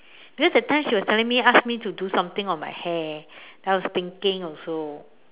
then that time she was telling me ask me to do something on my hair I was thinking also